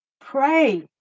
pray